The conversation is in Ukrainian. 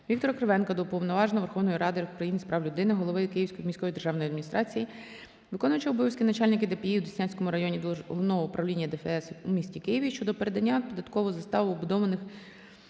Віктора Кривенка до Уповноваженого Верховної Ради України з прав людини, голови Київської міської державної адміністрації, виконувача обов’язків начальника ДПІ у Деснянському районі Головного управління ДФС у місті Києві щодо передання в податкову заставу вбудованих